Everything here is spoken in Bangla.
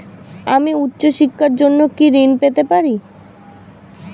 আমি উচ্চশিক্ষার জন্য কি ঋণ পেতে পারি?